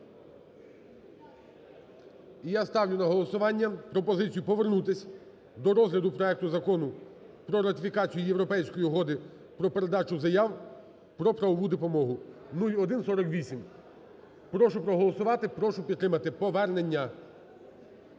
я ставлю на голосування пропозицію повернутися до розгляду проекту Закону про ратифікацію Європейської угоди про передачу заяв про правову допомогу (0148). Прошу проголосувати. Прошу підтримати повернення.